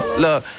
Look